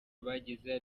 bagize